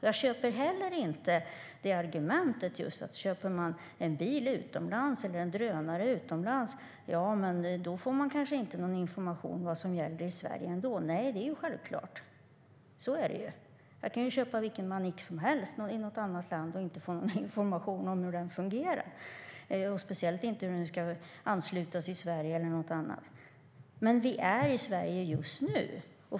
Jag köper heller inte argumentet att man om man köper en bil eller en drönare utomlands kanske ändå inte får någon information om vad som gäller i Sverige. Nej, självklart är det så. Jag kan köpa vilken manick som helst i ett annat land och inte få någon information om hur den fungerar, speciellt inte om hur den ska anslutas i Sverige eller något annat. Men vi är i Sverige just nu.